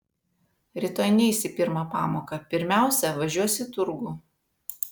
rytoj neis į pirmą pamoką pirmiausia važiuos į turgų